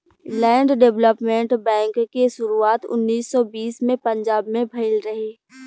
land development bank के शुरुआत उन्नीस सौ बीस में पंजाब में भईल रहे